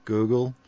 Google